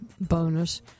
bonus